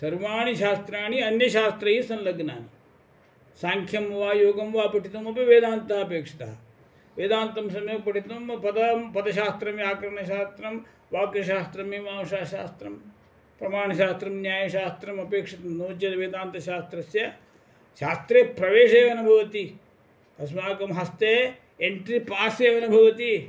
सर्वाणि शास्त्राणि अन्यशास्त्रैः संलग्नानि साङ्ख्यं वा योगं वा पठितुमपि वेदान्तः अपेक्षितः वेदान्तं सम्यक् पठितुं पदं पदशास्त्रं व्याकरणशास्त्रं वाक्यशास्त्रं मीमांसाशास्त्रं प्रमाणशास्त्रं न्यायशास्त्रम् अपेक्षितं नो चेत् वेदान्तशास्त्रस्य शास्त्रे प्रवेशः एव न भवति अस्माकं हस्ते एण्ट्रि पास् एव न भवति